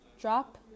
drop